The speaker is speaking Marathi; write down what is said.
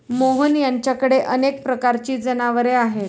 मोहन यांच्याकडे अनेक प्रकारची जनावरे आहेत